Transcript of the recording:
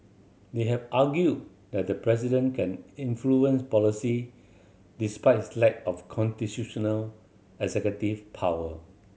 they have argued that the president can influence policy despite his lack of constitutional executive power